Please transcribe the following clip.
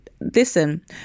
listen